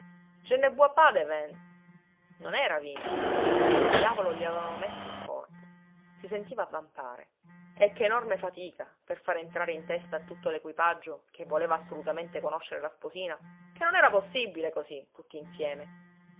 je ne bois pas de vin non era vino chi sa che diavolo gli avevano messo in corpo si sentiva avvampare e che enorme fatica per far entrare in testa a tutto l'equipaggio che voleva assolutamente conoscere la sposina che non era possibile cosí tutti insieme